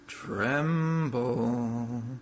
Tremble